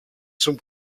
zum